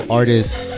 artists